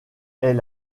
est